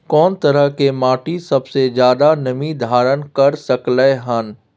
कोन तरह के माटी सबसे ज्यादा नमी धारण कर सकलय हन?